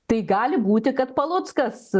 tai gali būti kad paluckas